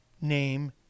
name